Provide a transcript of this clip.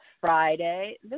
Friday